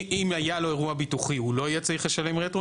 אם היה לו אירוע ביטוחי הוא לא יהיה צריך לשלם רטרו,